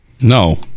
No